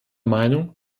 meinung